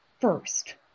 First